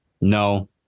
no